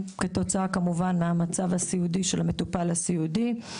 כתוצאה מהמצב הסיעודי של המטופל; ג',